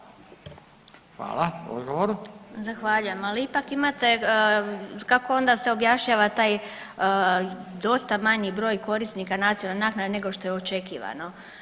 Zahvaljujem, ali ipak imate kako onda se objašnjava taj dosta manji broj korisnika nacionalne naknade nego što je očekivano.